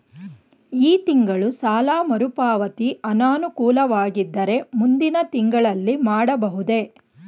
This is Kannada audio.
ಈ ತಿಂಗಳು ಸಾಲ ಮರುಪಾವತಿ ಅನಾನುಕೂಲವಾಗಿದ್ದರೆ ಮುಂದಿನ ತಿಂಗಳಲ್ಲಿ ಮಾಡಬಹುದೇ?